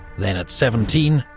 then at seventeen,